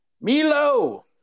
Milo